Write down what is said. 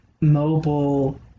mobile